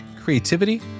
creativity